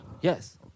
Yes